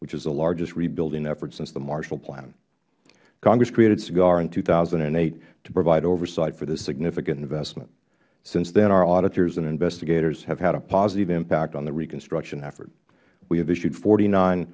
which is the largest rebuilding effort since the marshall plan congress created sigar in two thousand and eight to provide oversight for this significant investment since then our auditors and investigators have had a positive impact on the reconstruction effort we have issued forty nine